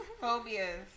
phobias